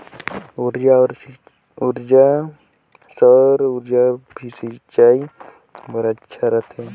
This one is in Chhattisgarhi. सौर ऊर्जा भी सिंचाई बर अच्छा रहथे?